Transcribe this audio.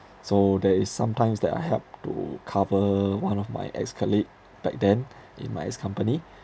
so there is sometimes that I help to cover one of my ex colleague back then in my ex company